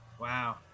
Wow